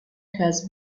has